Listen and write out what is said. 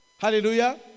Hallelujah